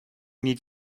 need